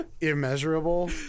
Immeasurable